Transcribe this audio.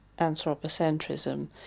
anthropocentrism